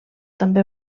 també